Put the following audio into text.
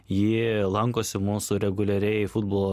ji lankosi mūsų reguliariai futbolo